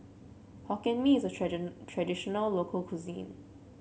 Hokkien Mee is a traditional local cuisine